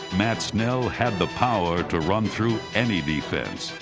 matt snell had the power to run through any defense.